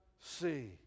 see